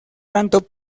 tanto